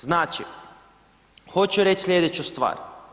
Znači, hoću reći sljedeću stvar.